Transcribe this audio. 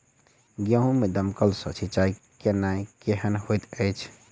गेंहूँ मे दमकल सँ सिंचाई केनाइ केहन होइत अछि?